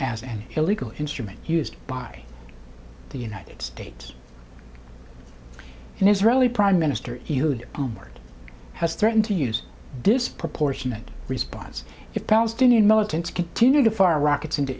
as an illegal instrument used by the united states and israeli prime minister he would own word has threatened to use disproportionate response if palestinian militants continue to far rockets into